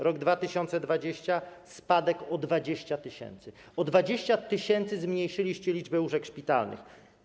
Rok 2020 - spadek o 20 tys. O 20 tys. zmniejszyliście liczbę łóżek szpitalnych.